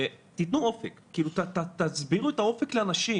תנו אופק, תסבירו את האופק לאנשים.